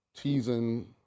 teasing